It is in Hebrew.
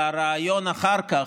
והרעיון אחר כך,